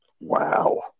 Wow